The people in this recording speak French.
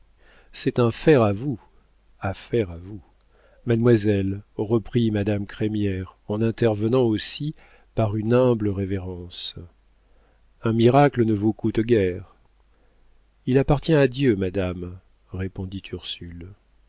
c'est un fer à vous affaire à vous mademoiselle reprit madame crémière en intervenant aussi par une humble révérence un miracle ne vous coûte guère il appartient à dieu madame répondit ursule